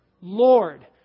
Lord